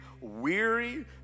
weary